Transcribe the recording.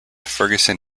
ferguson